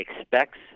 expects